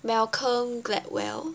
Malcolm Gladwell